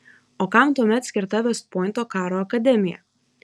o kam tuomet skirta vest pointo karo akademija